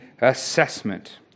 assessment